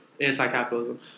anti-capitalism